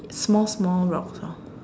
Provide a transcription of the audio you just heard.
small small rocks lor